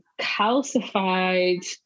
calcified